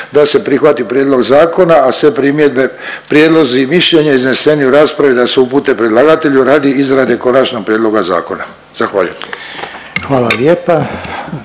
da se prihvati prijedlog zakona, a sve primjedbe, prijedlozi i mišljenja izneseni u raspravi da se upute predlagatelju radi izrade konačnog prijedloga zakona. Zahvaljujem. **Reiner,